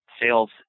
sales